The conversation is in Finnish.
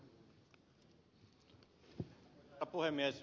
herra puhemies